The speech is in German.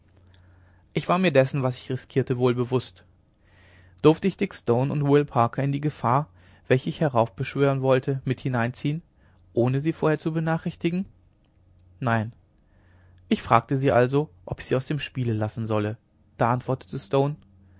ich war mir dessen was ich riskierte wohl bewußt durfte ich dick stone und will parker in die gefahr welche ich heraufbeschwören wollte mit hineinziehen ohne sie vorher zu benachrichtigen nein ich fragte sie also ob ich sie aus dem spiele lassen solle da antwortete stone